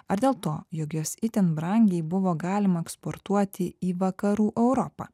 ar dėl to jog juos itin brangiai buvo galima eksportuoti į vakarų europą